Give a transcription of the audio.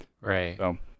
Right